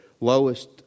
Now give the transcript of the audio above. lowest